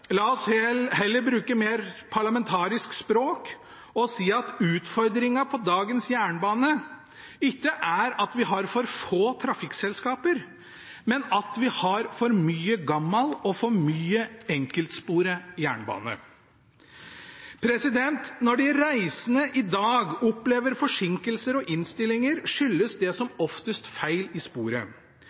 La oss heller bruke et mer parlamentarisk språk og si at utfordringen på dagens jernbane ikke er at vi har for få trafikkselskaper, men at vi har for mye gammel og for mye enkeltsporet jernbane. Når de reisende i dag opplever forsinkelser og innstillinger, skyldes det som oftest feil i sporet.